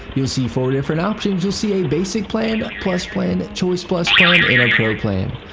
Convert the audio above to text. you'll see four different options. you'll see a basic plan, plus plan, choice plus plan, and a pro plan.